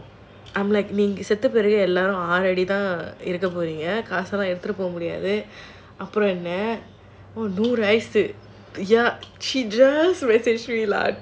I know I'm like செத்து போய்ட்டேனா காசுலாம் எடுத்துட்டு போக முடியாது:seththupoittaenaa kaasulaam eduthutu poga mudiyaathu she just messaged me last